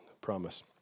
promise